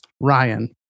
Ryan